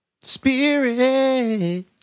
Spirit